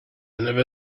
never